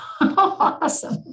Awesome